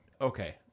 Okay